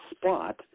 spot